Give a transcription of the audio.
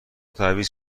تعویض